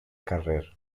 carrer